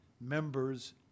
members